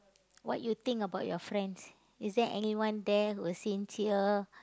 what you think about your friends is there anyone there who sincere